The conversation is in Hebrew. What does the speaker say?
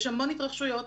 יש המון התרחשויות,